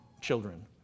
children